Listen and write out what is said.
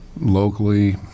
locally